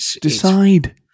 Decide